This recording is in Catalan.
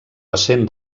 essent